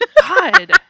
God